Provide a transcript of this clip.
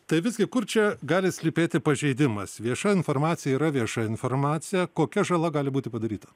tai visgi kur čia gali slypėti pažeidimas vieša informacija yra vieša informacija kokia žala gali būti padaryta